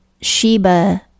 Sheba